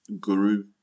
guru